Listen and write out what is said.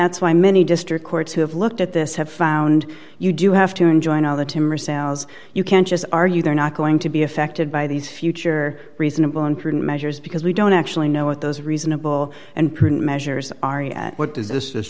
that's why many district courts who have looked at this have found you do have to enjoy now the timber sales you can't just argue they're not going to be affected by these future reasonable and prudent measures because we don't actually know what those are reasonable and prudent measures are you what does this